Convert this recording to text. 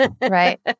Right